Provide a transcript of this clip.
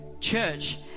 church